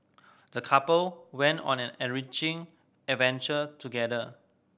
the couple went on an enriching adventure together